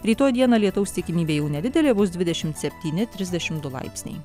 rytoj dieną lietaus tikimybė jau nedidelė bus dvidešimt septyni trisdešimt du laipsniai